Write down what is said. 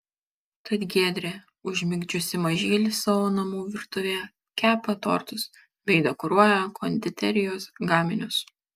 tad giedrė užmigdžiusi mažylį savo namų virtuvėje kepa tortus bei dekoruoja konditerijos gaminius